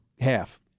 half